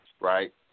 right